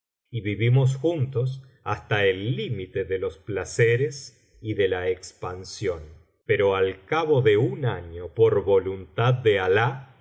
y vivimos juntos hasta el límite de los placeres y de la expansión pero al cabo de un año por voluntad de alah